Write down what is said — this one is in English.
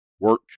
work